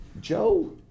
Joe